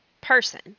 person